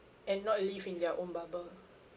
and not live in their own bubble